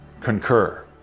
concur